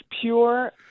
pure